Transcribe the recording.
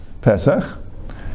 Pesach